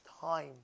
time